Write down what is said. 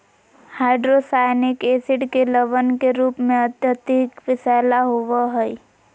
hydrocyanic acid के लवण के रूप में अत्यधिक विषैला होव हई